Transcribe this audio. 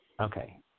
Okay